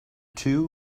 two